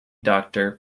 doctor